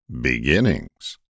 Beginnings